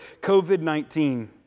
COVID-19